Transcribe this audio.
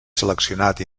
seleccionat